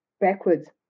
backwards